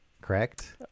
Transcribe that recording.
Correct